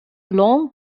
long